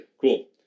Cool